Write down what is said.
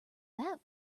that